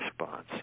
response